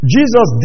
Jesus